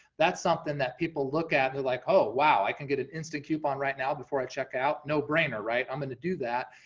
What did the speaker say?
that's something that people look at, they're like, oh, wow, i can get an instant coupon right now, before i check out, no brainer, right? i'm gonna do that.